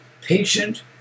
patient